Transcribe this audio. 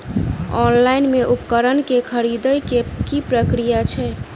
Online मे उपकरण केँ खरीदय केँ की प्रक्रिया छै?